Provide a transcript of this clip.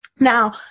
Now